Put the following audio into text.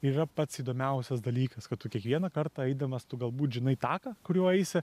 yra pats įdomiausias dalykas kad tu kiekvieną kartą eidamas tu galbūt žinai taką kuriuo eisi